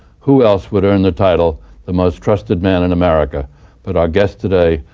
who else would earn the title the most trusted man in america but our guest today,